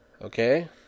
Okay